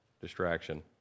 distraction